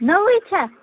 نٔوٕے چھا